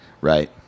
Right